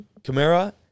Kamara